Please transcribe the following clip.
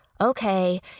okay